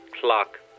Clock